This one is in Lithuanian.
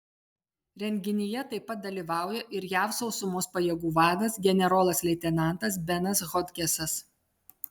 renginyje taip pat dalyvauja ir jav sausumos pajėgų vadas generolas leitenantas benas hodgesas